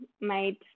made